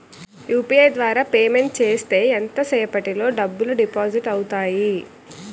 UPI ద్వారా payment చేస్తే ఎంత సేపటిలో డబ్బులు డిపాజిట్ అవుతాయి?